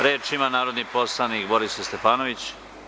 Reč ima narodni poslanik Borislav Stefanović.